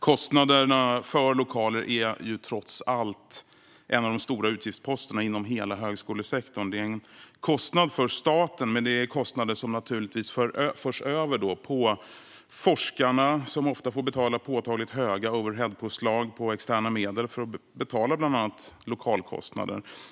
Kostnaderna för lokaler är trots allt en av de stora utgiftsposterna inom hela högskolesektorn. Det är en kostnad för staten. Men det är kostnader som naturligtvis förs över på forskarna, som ofta får betala påtagligt höga overheadpåslag på externa medel för att betala bland annat lokalkostnader.